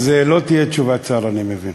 אז לא תהיה תשובת שר, אני מבין.